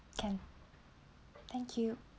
can thank you